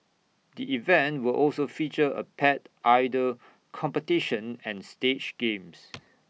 the event will also feature A pet idol competition and stage games